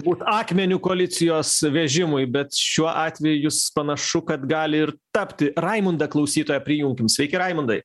būt akmeniu koalicijos vežimui bet šiuo atveju jis panašu kad gali ir tapti raimundą klausytoją prijaukim sveiki raimundai